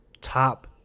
top